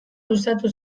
luzatu